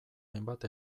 hainbat